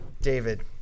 David